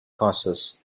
causes